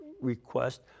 request